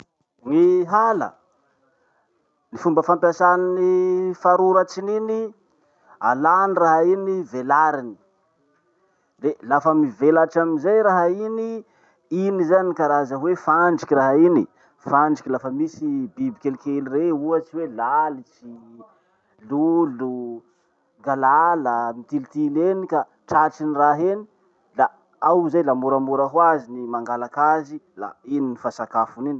Gny hala! ny fomba fampiasany ny faroratrin'iny: alany raha iny velariny, de lafa mivelatry amizay raha iny, iny zany karaza hoe fandriky raha iny, fandriky lafa misy biby kelikely rey ohatsy hoe lalitsy, lolo, valala mitilitily eny ka tratrin'ny raha iny la ao zay, la moramora hoazy ny mangalak'azy la iny no fa sakafony iny.